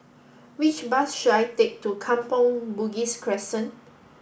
which bus should I take to Kampong Bugis Crescent